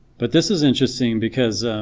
but this is interesting because